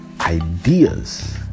ideas